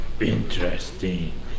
Interesting